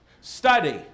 study